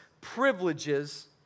privileges